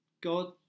God